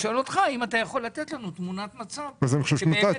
האם אתה יכול לתת לנו תמונת מצב כדי לראות